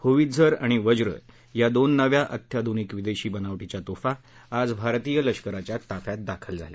होवित्झरआणि वज्र या दोन नव्या अत्याधूनिक विदेशी बनावटीच्या तोफा आज भारतीय लष्कराच्या ताफ्यात दाखल झाल्या